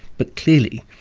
but clearly,